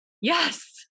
Yes